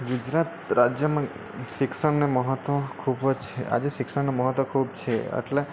ગુજરાત રાજ્યમાં શિક્ષણને મહત્વ ખૂબ જ છે આજે શિક્ષણને મહત્વ ખૂબ છે એટલે